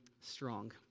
strong